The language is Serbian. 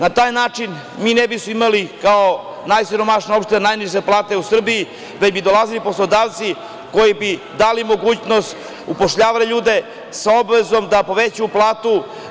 Na taj način, mi ne bismo imali kao najsiromašnija opština najniže plate u Srbiji, već bi dolazili poslodavci koji bi dali mogućnost, upošljavali ljude, sa obavezom da povećaju platu.